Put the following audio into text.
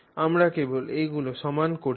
আমরা কেবল এইগুলি সমান করছি